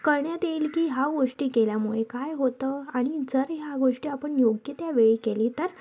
कळण्यात येईल की ह्या गोष्टी केल्यामुळं काय होतं आणि जर ह्या गोष्टी आपण योग्य त्या वेळी केली तर